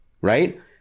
Right